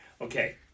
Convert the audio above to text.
okay